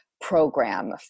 program